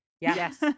yes